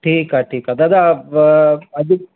ठीकु आहे ठीकु आहे दादा अॼु